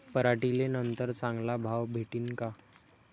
पराटीले नंतर चांगला भाव भेटीन का?